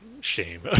shame